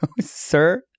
sir